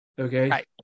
okay